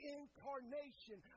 incarnation